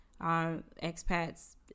expats